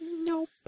Nope